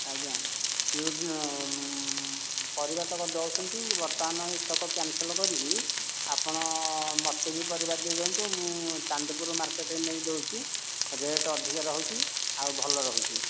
ଆଜ୍ଞା ପରିବାତକ ଦଉଛନ୍ତି ବର୍ତ୍ତମାନ ଏତକ କ୍ୟାନସେଲ କରିକି ଆପଣ ମୋତେ ବି ପରିବା ଦେଇ ଦିଅନ୍ତୁ ମୁଁ ଚାନ୍ଦପୁର ମାର୍କେଟ୍ରେ ନେଇକି ଦେଉଛି ରେଟ୍ ଅଧିକା ରହୁଛି ଆଉ ଭଲ ରହୁଛି